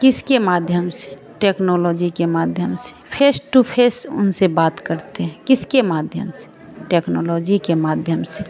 किसके माध्यम से टेक्नोलॉजी के माध्यम से फेस टू फेस उनसे बात करते हैं किसके माध्यम से टेक्नोलॉजी के माध्यम से